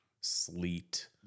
sleet